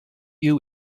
you